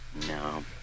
No